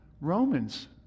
Romans